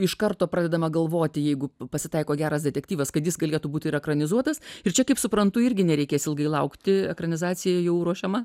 iš karto pradedama galvoti jeigu pasitaiko geras detektyvas kad jis galėtų būti ir ekranizuotas ir čia kaip suprantu irgi nereikės ilgai laukti ekranizacija jau ruošiama